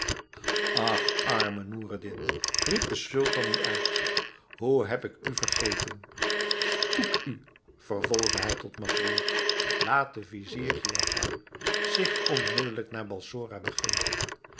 ach arme noureddin riep de sultan nu uit hoe heb ik u vergeten spoed u vervolgde hij tot masrour laat de vizier giafar zich onmiddelijk naar balsora begeven